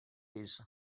his